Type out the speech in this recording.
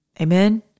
Amen